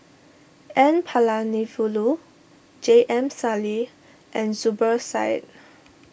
N Palanivelu J M Sali and Zubir Said